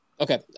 Okay